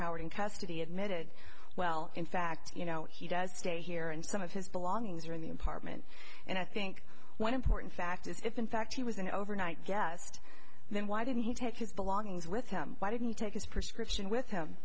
howard in custody admitted well in fact you know he does stay here and some of his belongings are in the apartment and i think one important fact is if in fact he was an overnight guest then why didn't he take his belongings with him why didn't he take his prescription with him